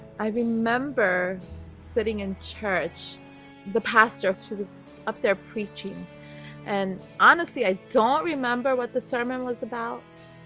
i remember sitting in church the pastor she was up there preaching and honestly i don't remember what the sermon was about